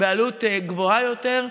בעלות גבוהה יותר.